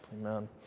Amen